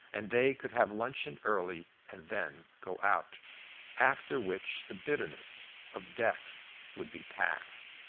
and they could have luncheon early and then go out after which the bitterness of death would be past.